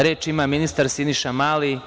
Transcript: Reč ima ministar Siniša Mali.